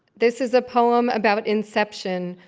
this is a poem about inception,